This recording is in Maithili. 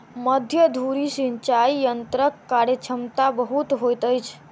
मध्य धुरी सिचाई यंत्रक कार्यक्षमता बहुत होइत अछि